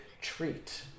treat